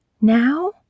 Now